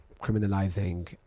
criminalizing